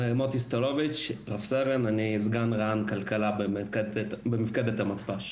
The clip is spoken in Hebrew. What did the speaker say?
אני רב סרן, סגן רע"ן כלכלה במפקדת המתפ"ש.